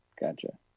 Gotcha